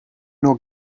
nur